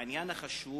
העניין החשוב